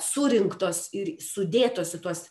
surinktos ir sudėtos į tuos